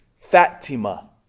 Fatima